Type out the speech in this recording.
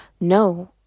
No